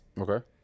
Okay